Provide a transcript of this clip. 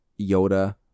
Yoda